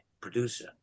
producer